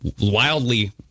wildly